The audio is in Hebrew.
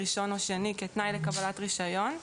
ראשון או שני כתנאי לקבלת רישיון.